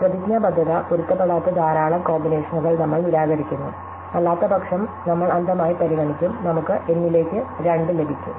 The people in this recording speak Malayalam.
പ്രതിജ്ഞാബദ്ധത പൊരുത്തപ്പെടാത്ത ധാരാളം കോമ്പിനേഷനുകൾ നമ്മൾ നിരാകരിക്കുന്നു അല്ലാത്തപക്ഷം നമ്മൾ അന്ധമായി പരിഗണിക്കും നമുക്ക് N ലേക്ക് 2 ലഭിക്കും